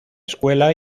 escuela